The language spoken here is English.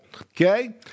Okay